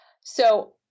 So-